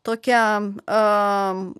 tokiam a